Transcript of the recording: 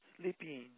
sleeping